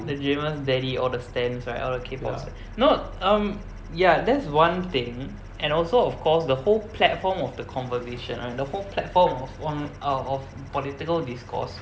the jamus daddy all the stans right all the k-pop stans no um ya that's one thing and also of course the whole platform of the conversation right the whole platform of on~ uh of political discourse